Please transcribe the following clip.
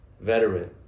veteran